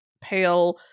Pale